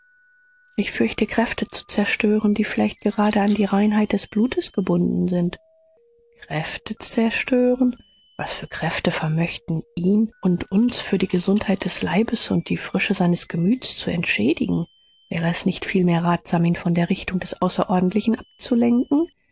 ich fürchte kräfte zu zerstören die vielleicht gerade an die reinheit des blutes gebunden sind kräfte zerstören was für kräfte vermöchten ihn und uns für die gesundheit des leibes und die frische seines gemüts zu entschädigen wäre es nicht vielmehr ratsam ihn von der richtung des außerordentlichen abzulenken